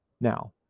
Now